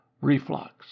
reflux